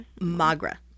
Magra